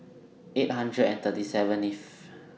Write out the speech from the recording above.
eight hundred and thirty seven If